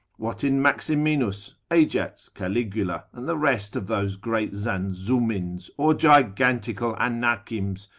what in maximinus, ajax, caligula, and the rest of those great zanzummins, or gigantical anakims,